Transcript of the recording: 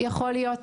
יכול להיות.